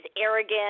arrogant